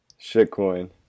Shitcoin